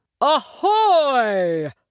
Ahoy